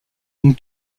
une